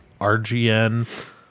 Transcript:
RGN